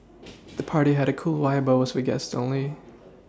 the party had a cool vibe but was for guests only